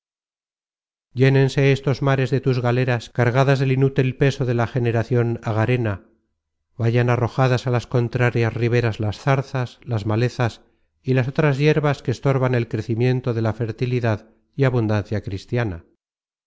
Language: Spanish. llénense estos mares de tus galeras cargadas del inútil peso de la generacion agarena vayan arrojadas á las contrarias riberas las zarzas las malezas y las otras yerbas que estorban el crecimiento de la fertilidad y abundancia cristiana